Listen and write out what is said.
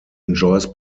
enjoys